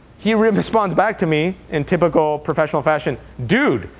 he responds back to me in typical professional fashion dude,